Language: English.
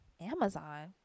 Amazon